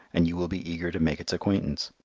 and you will be eager to make its acquaintance.